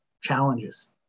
challenges